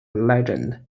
legend